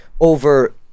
over